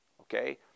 Okay